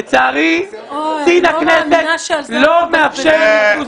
לצערי, קצין הכנסת לא מאפשר לי לטוס לטורקיה.